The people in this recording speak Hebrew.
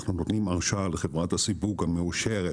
אנחנו נותנים הרשאה לחברת הסיווג המאושרת